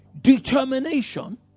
determination